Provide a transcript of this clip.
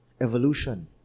evolution